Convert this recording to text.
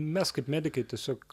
mes kaip medikai tiesiog